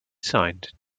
signed